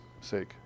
sake